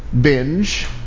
binge